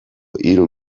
hiru